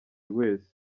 wese